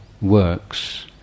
works